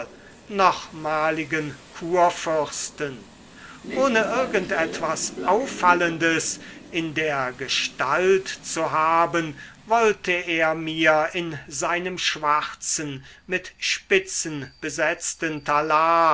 nochmaligen kurfürsten ohne irgend etwas auffallendes in der gestalt zu haben wollte er mir in seinem schwarzen mit spitzen besetzten talar